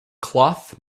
cloth